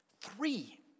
Three